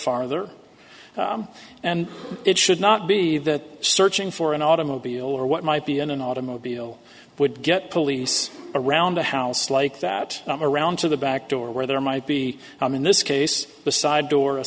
farther and it should not be that searching for an automobile or what might be in an automobile would get police around a house like that around to the back door where there might be in this case the side door a